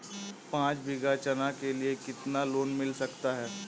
पाँच बीघा चना के लिए कितना लोन मिल सकता है?